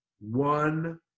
One